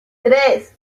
tres